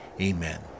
Amen